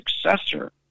successor